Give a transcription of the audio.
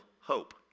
hope